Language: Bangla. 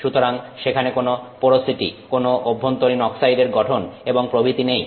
সুতরাং সেখানে কোন পোরোসিটি কোন অভ্যন্তরীণ অক্সাইড এর গঠন এবং প্রভৃতি নেই